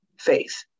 faith